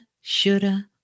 shoulda